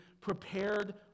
prepared